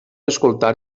escoltar